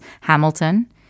Hamilton